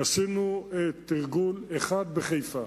עשינו תרגול אחד בחיפה.